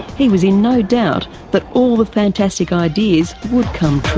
he was in no doubt that all the fantastic ideas would come true.